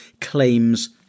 claims